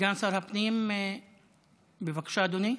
סגן שר הפנים, בבקשה, אדוני,